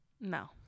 No